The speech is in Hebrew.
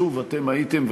שוב אתם הייתם,